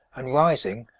and rising,